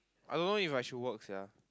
I don't know If I should work sia